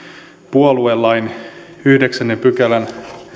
puoluelain yhdeksännen pykälän